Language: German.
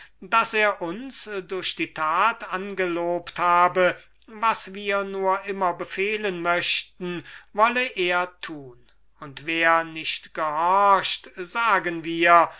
daß er uns durch die tat angelobt habe was wir nur immer befehlen möchten wolle er tun und wer nicht gehorcht sagen wir